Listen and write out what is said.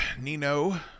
Nino